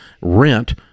rent